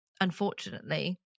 unfortunately